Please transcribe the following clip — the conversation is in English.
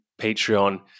Patreon